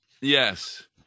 Yes